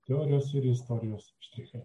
teorijos ir istorijos štrichai